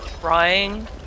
trying